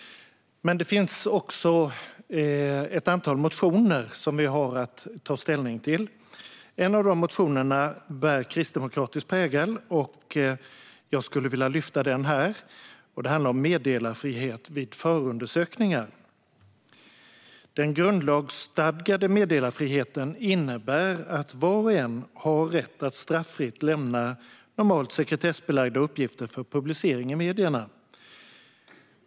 Men det finns också ett antal motioner, som vi har att ta ställning till. En av dem bär kristdemokratisk prägel, och jag skulle vilja lyfta den här. Det handlar om meddelarfrihet vid förundersökningar. Den grundlagsstadgade meddelarfriheten innebär att var och en har rätt att straffritt lämna normalt sekretessbelagda uppgifter för publicering i medierna.